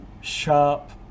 sharp